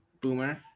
Boomer